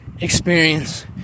experience